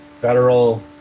federal